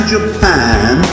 Japan